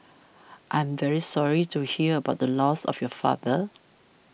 I'm very sorry to hear about the loss of your father